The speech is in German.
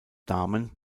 damen